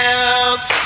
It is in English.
else